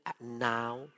now